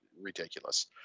ridiculous